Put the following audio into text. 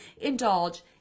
indulge